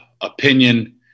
opinion